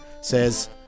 says